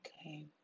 Okay